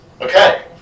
Okay